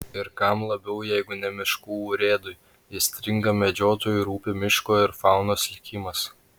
ir kam labiau jeigu ne miškų urėdui aistringam medžiotojui rūpi miško ir faunos likimas